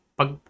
pag